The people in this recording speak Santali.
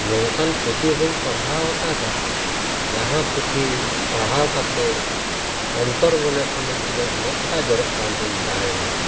ᱱᱚᱝᱠᱟᱱ ᱯᱩᱛᱷᱤ ᱦᱚᱧ ᱯᱟᱲᱦᱟᱣ ᱟᱠᱟᱫᱟ ᱡᱟᱦᱟᱸ ᱯᱩᱛᱷᱤ ᱯᱟᱲᱦᱟᱣ ᱠᱟᱛᱮᱫ ᱚᱱᱛᱚᱨ ᱢᱚᱱᱮ ᱠᱷᱚᱱᱟᱜ ᱤᱧᱟᱹᱜ ᱢᱮᱫ ᱫᱟᱜ ᱡᱚᱨᱚᱜ ᱠᱟᱱ ᱛᱤᱧ ᱛᱟᱦᱮᱱᱟ